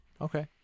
Okay